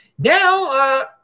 Now